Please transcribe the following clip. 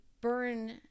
burn